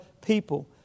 people